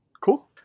Cool